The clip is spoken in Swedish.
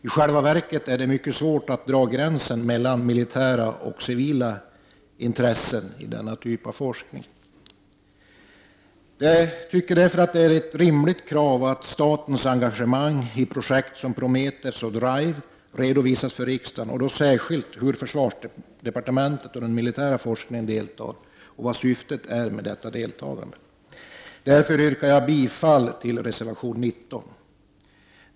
I själva verket är det mycket svårt att dra gränsen mellan militära och civila intressen inom denna typ av forskning. Jag tycker därför att det är ett rimligt krav att statens engagemangi projekt som Prometheus och Drive redovisas för riksdagen, och då särskilt hur försvarsdepartementet och den militära forskningen deltar och vad syftet är med detta deltagande. Jag yrkar därmed bifall till reservation 19.